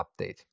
update